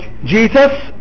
Jesus